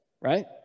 right